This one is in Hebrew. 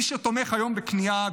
מי שתומך היום בכניעה,